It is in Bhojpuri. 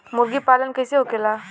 मुर्गी पालन कैसे होखेला?